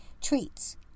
Treats